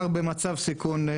שאפשר לחרוג במצב סיכון.